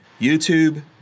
YouTube